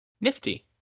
nifty